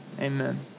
Amen